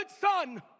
son